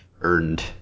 Earned